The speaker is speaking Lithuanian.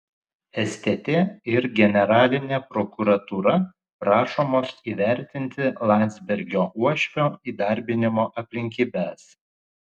stt ir generalinė prokuratūra prašomos įvertinti landsbergio uošvio įdarbinimo aplinkybes